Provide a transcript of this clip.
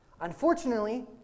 Unfortunately